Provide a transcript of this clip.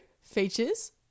features